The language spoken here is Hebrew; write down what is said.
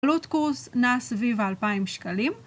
עלות קורס נעה סביב ה־2,000 שקלים.